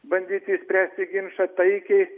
bandyti išspręsti ginčą taikiai